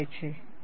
આભાર